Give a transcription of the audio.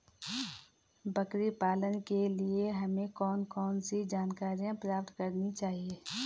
बकरी पालन के लिए हमें कौन कौन सी जानकारियां प्राप्त करनी चाहिए?